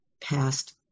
past